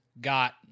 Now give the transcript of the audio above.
got